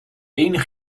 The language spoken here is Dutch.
enig